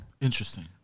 Interesting